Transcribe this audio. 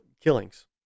killings